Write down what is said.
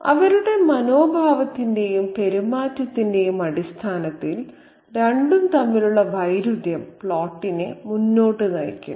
അവരുടെ മനോഭാവത്തിന്റെയും പെരുമാറ്റത്തിന്റെയും അടിസ്ഥാനത്തിൽ രണ്ടും തമ്മിലുള്ള വൈരുദ്ധ്യം പ്ലോട്ടിനെ മുന്നോട്ട് നയിക്കുന്നു